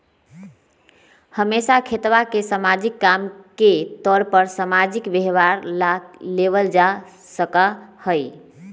हमेशा खेतवा के सामाजिक काम के तौर पर सामाजिक व्यवहार ला लेवल जा सका हई